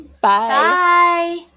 Bye